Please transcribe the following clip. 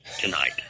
tonight